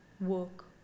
work